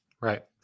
Right